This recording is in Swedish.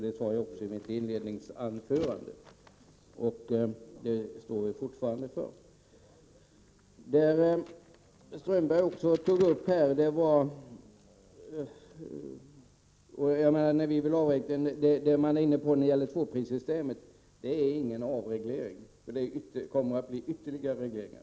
Det sade jag också i mitt inledningsanförande, och det står jag för fortfarande. Sedan tog Håkan Strömberg upp tvåprissystemet. Men det är ingen avreglering, för det kommer att bli ytterligare regleringar.